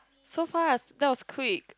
so far that was quick